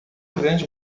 grande